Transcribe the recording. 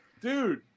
dude